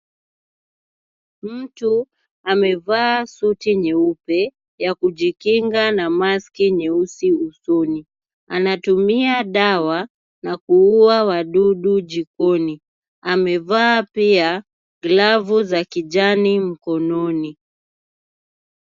Mtu amevaa suti nyeupe ya kujikinga na maski nyeusi usoni. Anatumia dawa na kuua wadudu jikoni. Amevaa pia glavu za kijani mkononi.